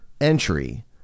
entry